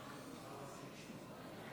אני